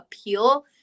appeal